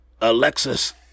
Alexis